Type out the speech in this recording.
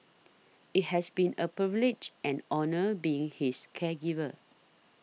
it has been a privilege and honour being his caregiver